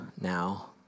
now